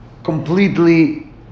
completely